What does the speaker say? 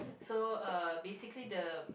so uh basically the